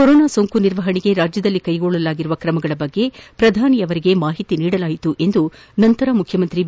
corona ಸೋಂಕು ನಿರ್ವಹಣೆಗೆ ರಾಜ್ಯದಲ್ಲಿ ಕೈಗೊಳ್ಳಲಾಗಿರುವ ಕ್ರಮಗಳ ಬಗ್ಗೆ ಪ್ರಧಾನಿ ಅವರಿಗೆ ಮಾಹಿತಿ ನೀಡಲಾಯಿತು ಎಂದು ಮುಖ್ಯಮಂತ್ರಿ ಬಿ